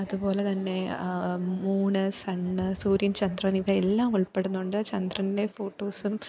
അതുപോലെതന്നെ moon sun സൂര്യന് ചന്ദ്രന് ഇവയെല്ലാം ഉള്പ്പെടുന്നുണ്ട് ചന്ദ്രന്റെ ഫോട്ടോസും